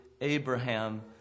Abraham